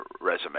resume